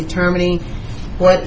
determining what